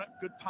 good